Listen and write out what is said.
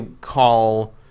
call –